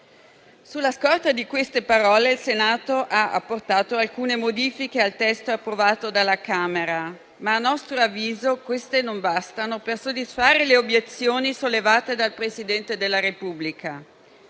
Sulla scorta di queste parole, il Senato ha apportato alcune modifiche al testo approvato dalla Camera, ma a nostro avviso queste non bastano per soddisfare le obiezioni sollevate dal Presidente della Repubblica.